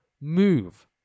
move